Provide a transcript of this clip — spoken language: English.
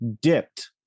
dipped